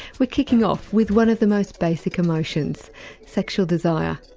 we're kicking off with one of the most basic emotions sexual desire.